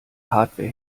hardware